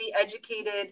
educated